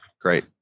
Great